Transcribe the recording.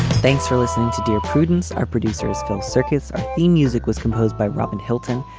thanks for listening to dear prudence. our producers phone circuits are theme music was composed by robin hilton.